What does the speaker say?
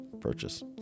purchase